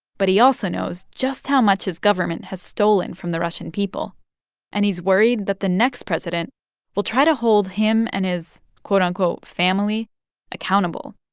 but he also knows just how much his government has stolen from the russian people and he's worried that the next president will try to hold him and his, quote, unquote, family accountable,